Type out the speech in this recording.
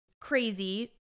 crazy